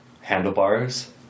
handlebars